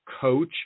coach